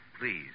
please